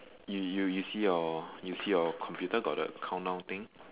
you you you see your your computer got the countdown thing